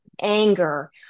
anger